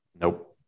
Nope